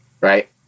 Right